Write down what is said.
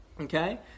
okay